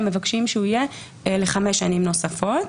הם מבקשים שהוא יהיה לחמש שנים נוספות.